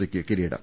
സിക്ക് കിരീടം